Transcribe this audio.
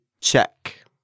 check